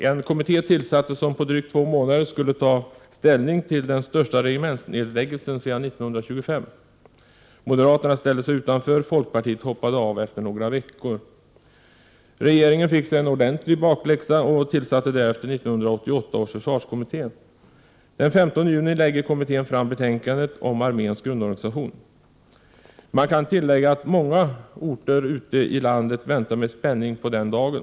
En kommitté tillsattes som på drygt två månader skulle ta ställning till den största regementsnedläggelsen sedan 1925. Moderaterna ställde sig utanför. Folkpartiet hoppade av efter några veckor. Regeringen fick sig en ordentlig bakläxa och tillsatte därefter 1988 års försvarskommitté. Den 15 juni lägger kommittén fram betänkandet om arméns grundorganisation. Man kan tillägga att många orter ute i landet med spänning väntar på den dagen.